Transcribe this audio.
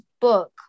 book